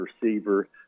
receiver